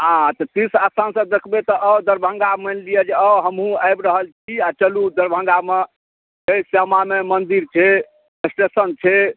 अच्छा तीर्थ स्थान सभ देखबै तऽ आउ दरभङ्गा मानि लिअ जे आउ हमहुँ आबि रहल छी आ चलू दरभङ्गामे छै श्यामा माइ मन्दिर छै स्टेशन छै